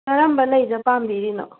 ꯀꯔꯝꯕ ꯂꯩꯗ ꯄꯥꯝꯕꯤꯔꯤꯅꯣ